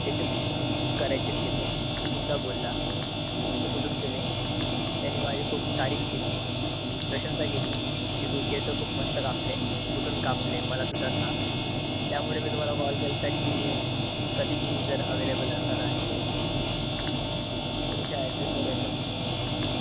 त्याचेपण करायचेत केस तो सुद्धा बोलला की तू कुठून केले त्यानी माझी खूप तारीफ केली की प्रशंसा केली की तू केस खूप मस्त कापले कुठून कापले मलासुद्धा सांग त्यामुळे मी तुम्हाला कॉल केलता की कधी तुम्ही जर अवेलेबल असाल आणि येऊन तुमच्या अॅड्रेसवर येतो मी